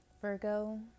Virgo